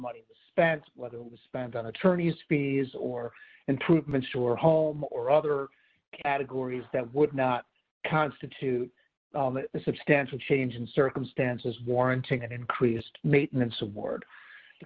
money spent whether it was spent on attorney's fees or unproven sure home or other categories that would not constitute a substantial change in circumstances warranted an increased maintenance award the